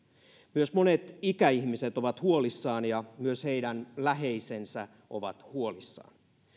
myös monet ikäihmiset ovat huolissaan ja myös heidän läheisensä ovat huolissaan